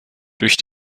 durch